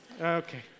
Okay